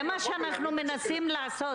זה מה שאנחנו מנסים לעשות,